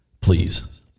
Please